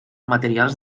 materials